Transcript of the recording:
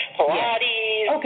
Pilates